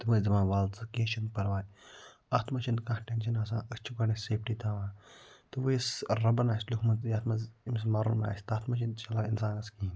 تِم ٲسۍ دپان وَلہ ژٕ کیٚنٛہہ چھِنہٕ پَرواے اَتھ مَنٛز چھَنہٕ کانٛہہ ٹٮ۪نشَن آسان أسۍ چھِ گۄڈٕنٮ۪تھ سیفٹی تھاوان تہٕ وۄنۍ یُس رَبَن آسہِ لیوٚکھمُت یَتھ منٛز أمِس مَرُن آسہِ تتھ مَنٛز چھِنہٕ چَلان اِنسانَس کِہیٖنۍ